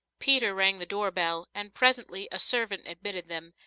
peter rang the door bell, and presently a servant admitted them,